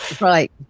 Right